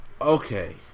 okay